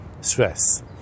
stress